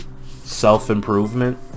self-improvement